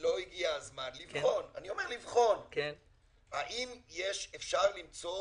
לא הגיע הזמן לבחון, האם אפשר למצוא